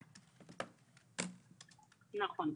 נכון.